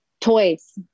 Toys